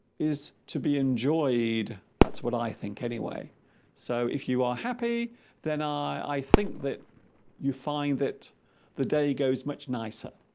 is to be enjoyed that's what i think anyway so if you are happy then i i think that you find that the day goes much nicer